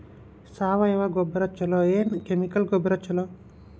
ಸಾವಯವ ಗೊಬ್ಬರ ಛಲೋ ಏನ್ ಕೆಮಿಕಲ್ ಗೊಬ್ಬರ ಛಲೋ?